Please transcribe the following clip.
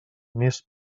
més